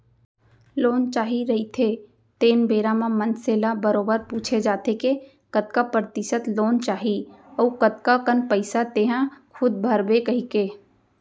loan चाही रहिथे तेन बेरा म मनसे ल बरोबर पूछे जाथे के कतका परतिसत लोन चाही अउ कतका कन पइसा तेंहा खूद भरबे कहिके